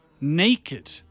naked